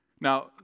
Now